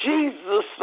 Jesus